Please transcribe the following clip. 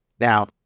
Now